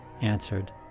answered